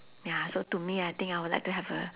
ya so to me I think I would like to have a